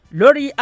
lori